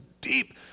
deep